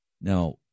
Now